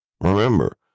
Remember